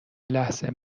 لحظه